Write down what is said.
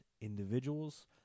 individuals